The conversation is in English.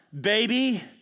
baby